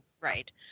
right